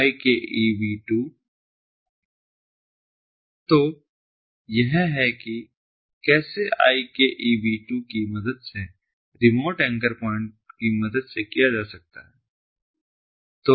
तो यह है कि कैसे IKEV2 की मदद से रिमोट एंकर प्वाइंट की मदद से किया जा सकता है